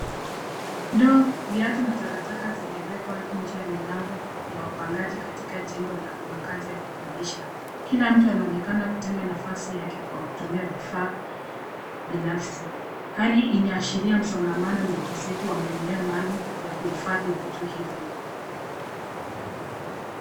Ndoo, viatu na takataka zimewekwa nje ya milango ya wapangaji katika jengo la makazi ya kukodisha. Kila mtu anaonekana kutenga nafasi yake kwa kutumia vifaa binafsi. Hali inaashiria msongamano na ukosefu wa maeneo maalum ya kuhifadhi vitu hivyo.